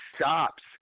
stops